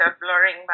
blurring